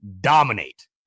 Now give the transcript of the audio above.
dominate